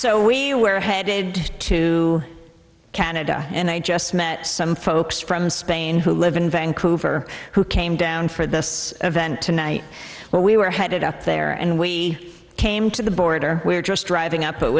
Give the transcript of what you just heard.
so we were headed to canada and i just met some folks from spain who live in vancouver who came down for this event tonight where we were headed up there and we came to the border we were just driving up it